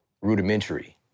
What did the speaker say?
rudimentary